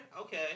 Okay